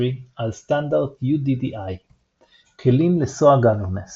על סטנדרט UDDI. כלים ל-SOA Governance